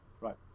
Right